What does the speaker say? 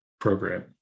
program